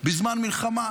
בזמן מלחמה.